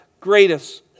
greatest